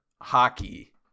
hockey